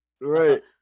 Right